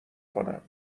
کنم